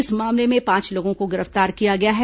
इस मामले में पांच लोगों को गिरफ्तार किया गया है